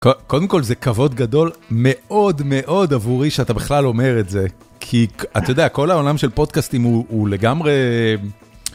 קודם כל זה כבוד גדול מאוד מאוד עבורי שאתה בכלל אומר את זה. כי אתה יודע כל העולם של פודקאסטים הוא לגמרי.